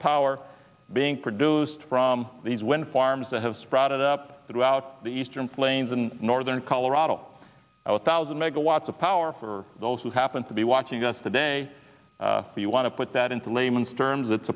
power being produced from these wind farms that have sprouted up throughout the eastern flames and northern colorado out thousand megawatts of power for those who happen to be watching us today if you want to put that into layman's terms